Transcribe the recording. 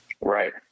right